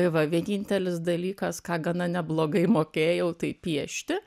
tai va vienintelis dalykas ką gana neblogai mokėjau tai piešti